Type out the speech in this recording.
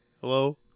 Hello